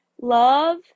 love